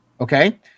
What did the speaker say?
Okay